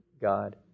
God